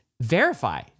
verify